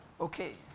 Okay